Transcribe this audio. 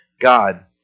God